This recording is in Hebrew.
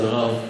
כבוד הרב,